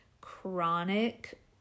chronic